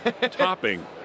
Topping